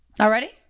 Already